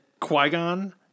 Qui-Gon